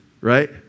right